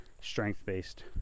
strength-based